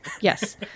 Yes